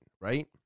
right